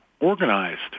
organized